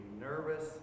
nervous